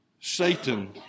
Satan